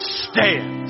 stand